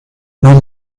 non